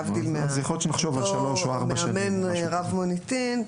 להבדיל מאותו מאמן רב מוניטין,